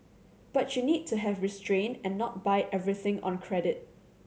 but you need to have restrain and not buy everything on credit